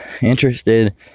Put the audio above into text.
interested